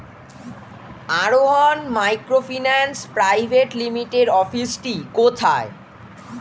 আরোহন microfinance private লিমিটেডের অফিসটি কোথায়?